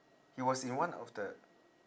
he was in one of the